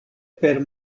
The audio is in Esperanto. per